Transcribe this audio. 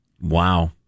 Wow